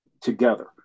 together